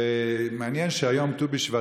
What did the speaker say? ומעניין שהיום ט"ו בשבט,